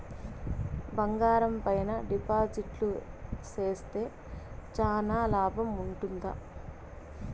బంగారం పైన డిపాజిట్లు సేస్తే చానా లాభం ఉంటుందా?